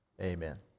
Amen